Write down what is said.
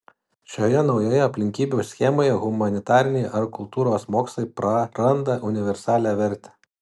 šioje naujoje aplinkybių schemoje humanitariniai ar kultūros mokslai praranda universalią vertę